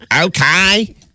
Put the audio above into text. Okay